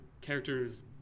characters